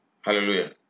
Hallelujah